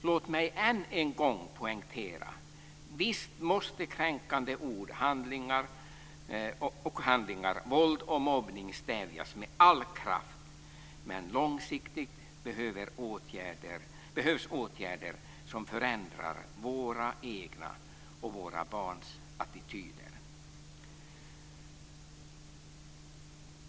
Låt mig än en gång poängtera att kränkande ord och handlingar, våld och mobbning visst måste stävjas med all kraft, men långsiktigt behövs åtgärder som förändrar våra egna och våra barns attityder.